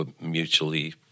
mutually